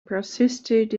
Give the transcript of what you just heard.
persisted